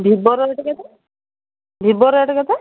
Vivo rate କେତେ Vivo rate କେତେ